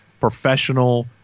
professional